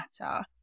matter